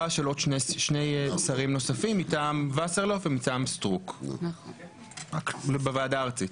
של עוד שני שרים נוספים מטעם וסרלאוף ומטעם סרוק בוועדה הארצית.